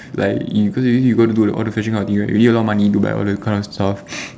like if because if you gonna do all the fashion that kind of thing right you need a lot of money to buy all the cars and stuff